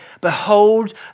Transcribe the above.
Behold